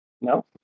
No